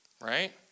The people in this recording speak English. Right